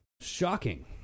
Shocking